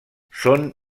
són